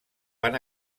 van